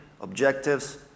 objectives